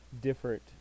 different